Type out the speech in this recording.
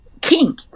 king